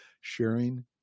sharing